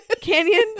Canyon